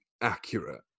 accurate